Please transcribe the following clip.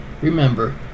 remember